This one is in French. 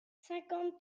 cinquante